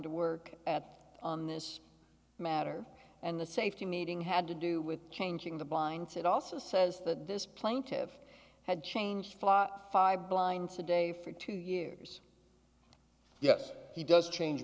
to work at on this matter and the safety meeting had to do with changing the blinds it also says that this plaintive had changed five blinds a day for two years yes he does change